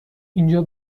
اینجا